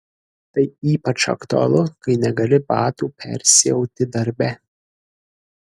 tai ypač aktualu kai negali batų persiauti darbe